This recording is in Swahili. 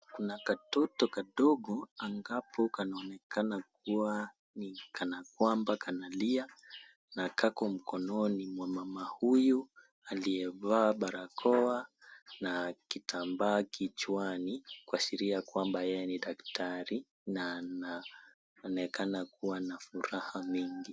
Kuna katoto kadogo ambapo kanaonekana kuwa, kana kwamba kanalia na kako mikononi mwa mama huyu aliyevaa barakoa na kitambaa kichwani kuashiria kwamba yeye ni daktari na anaonekana kuwa na furaha mingi.